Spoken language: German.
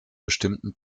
bestimmten